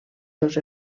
seus